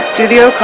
Studio